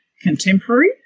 contemporary